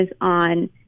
on